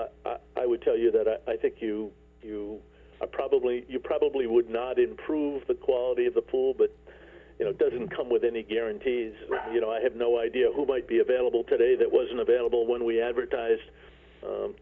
so i would tell you that i think you you probably you probably would not improve the quality of the pool but you know it doesn't come with any guarantees you know i have no idea who might be available today that wasn't available when we advertised